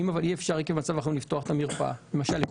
אם אי אפשר לפתוח את המרפאה בגלל המצב.